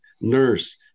nurse